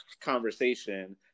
conversation